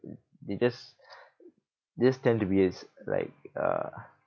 they just they just tend to be s~ like uh